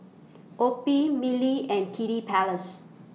O P I Mili and Kiddy Palace